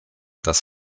das